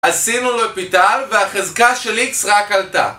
עשינו לו פיטר והחזקה של איקס רק עלתה